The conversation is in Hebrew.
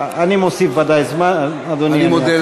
חבר הכנסת זוהר, הבנו, אנחנו הבנו,